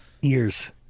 years